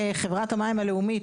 כחברת המים הלאומית,